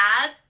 add